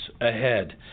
ahead